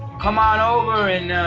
come on over and